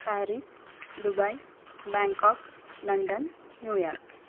Paris Dubai Bangkok London New York